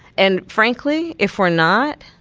and frankly, if we're not,